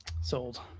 Sold